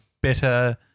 better